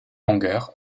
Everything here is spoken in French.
longueur